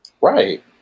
Right